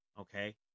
Okay